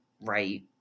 right